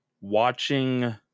watching